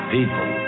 People